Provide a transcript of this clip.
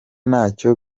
ntacyo